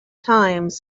times